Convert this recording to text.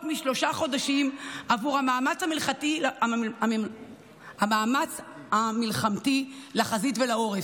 משלושה חודשים עבור המאמץ המלחמתי לחזית ולעורף.